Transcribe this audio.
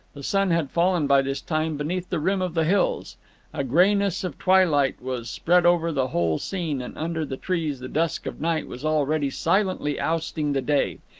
the sun had fallen by this time beneath the rim of the hills a greyness of twilight was spread over the whole scene, and under the trees the dusk of night was already silently ousting the day.